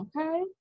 Okay